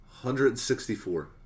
164